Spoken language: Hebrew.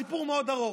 זה סיפור מאוד ארוך.